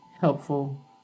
Helpful